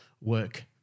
work